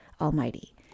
Almighty